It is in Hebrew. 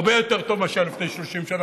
הרבה יותר טוב מאשר היה לפני 30 שנה,